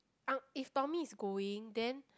uh if Tommy is going then